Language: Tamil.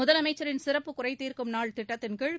முதலமைச்சரின் சிறப்பு குறை தீர்க்கும் நாள் திட்டத்தின் கீழ்